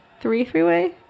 Three-three-way